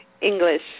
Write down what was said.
English